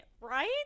right